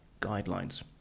guidelines